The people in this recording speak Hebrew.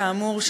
כאמור,